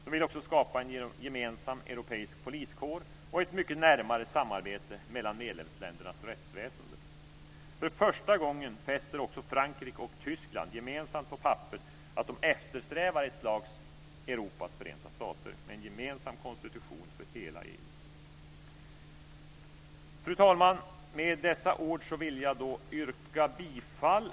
De vill vidare skapa en gemensam europeisk poliskår och ett mycket närmare samarbete mellan medlemsländernas rättsväsende. För första gången fäster också Frankrike och Tyskland gemensamt på papper att de eftersträvar ett slags Europas förenta stater, en gemensam konstitution för hela EU. Fru talman! Med dessa ord vill jag yrka bifall.